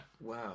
Wow